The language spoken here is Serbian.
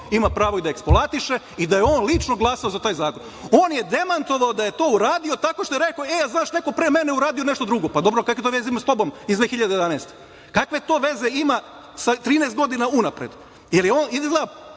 ima pravo i da eksploatiše i da je on lično glasao za taj zakon? On je demantovao da je to uradio tako što je rekao – e, znaš, neko pre mene je uradio nešto drugo. Pa, dobro, kakve to veze ima s tobom iz 2011. godine? Kakve to veze ima sa 13 godina unapred?